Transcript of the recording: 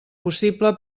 possible